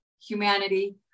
humanity